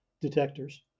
detectors